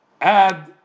add